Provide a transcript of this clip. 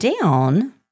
down